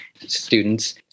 students